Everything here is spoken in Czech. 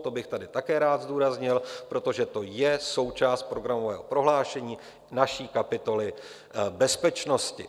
To bych tady také rád zdůraznil, protože to je součást programového prohlášení, naší kapitoly o bezpečnosti.